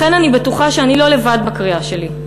לכן אני בטוחה שאני לא לבד בקריאה שלי.